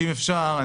אם אפשר,